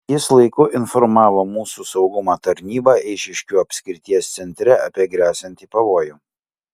jis laiku informavo mūsų saugumo tarnybą eišiškių apskrities centre apie gresianti pavojų